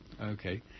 Okay